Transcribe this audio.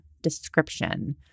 description